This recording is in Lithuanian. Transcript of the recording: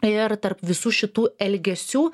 ir tarp visų šitų elgesių